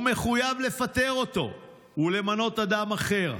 הוא מחויב לפטר אותו ולמנות אדם אחר.